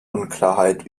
unklarheit